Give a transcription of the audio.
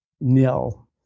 nil